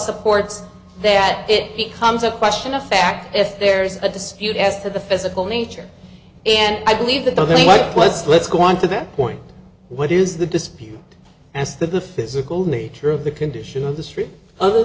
supports that it becomes a question of fact if there's a dispute as to the physical nature and i believe that the wife let's let's go on to that point what is the dispute as to the physical nature of the condition of the street other